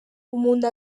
umuntu